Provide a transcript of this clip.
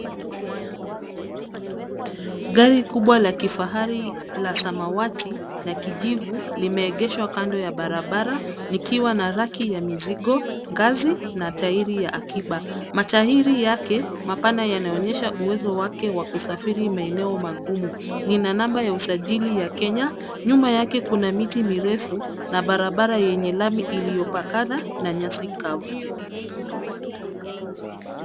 Gari kubwa la kifahari la samawati na kijivu limeegeshwa kando ya barabara likiwa na raki ya mizigo, ngazi na tairi ya akiba. Matairi yake mapana yanaonyesha uwezo wake wa kusafiri maeneo magumu. Lina namba ya usajili ya Kenya. Nyuma yake kuna miti mirefu na barabara yenye lami iliyopakana na nyasi kavu.